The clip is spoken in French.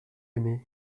aimé